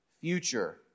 future